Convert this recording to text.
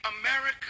America